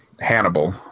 Hannibal